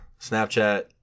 Snapchat